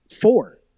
four